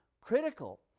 critical